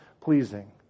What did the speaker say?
pleasing